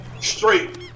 straight